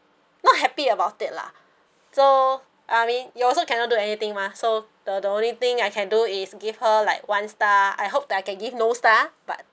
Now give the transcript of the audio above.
not happy about it lah so I mean you also cannot do anything mah so the the only thing I can do is give her like one star I hope that I can give no star but